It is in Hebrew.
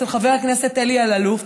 אצל חבר הכנסת אלי אלאלוף,